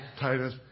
Titus